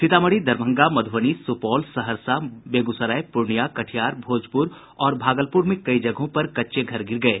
सीतामढ़ी दरभंगा मध्यबनी सुपौल सहरसा बेगूसराय पूर्णियां कटिहार भोजपुर और भागलपुर में कई जगहों पर कच्चे घर गिर गये